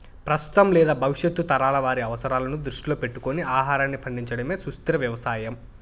ప్రస్తుతం లేదా భవిష్యత్తు తరాల వారి అవసరాలను దృష్టిలో పెట్టుకొని ఆహారాన్ని పండించడమే సుస్థిర వ్యవసాయం